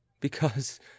Because